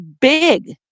big